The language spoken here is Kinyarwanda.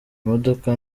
imodoka